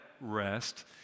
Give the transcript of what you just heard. rest